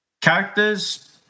Characters